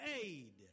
aid